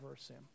assume